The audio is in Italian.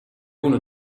uno